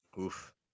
Oof